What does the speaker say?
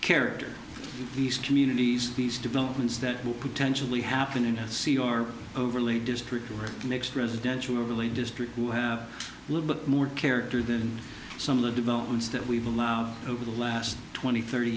character these communities these developments that will potentially happen in a sea or overlay district or the next residential overlay district will have a little bit more character than some of the developments that we've allowed over the last twenty thirty